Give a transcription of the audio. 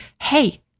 hey